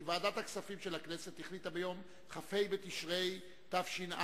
כי ועדת הכספים של הכנסת החליטה ביום כ"ה בתשרי התש"ע,